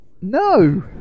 No